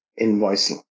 invoicing